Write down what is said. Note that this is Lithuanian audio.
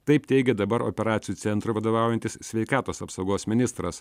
taip teigia dabar operacijų centrui vadovaujantis sveikatos apsaugos ministras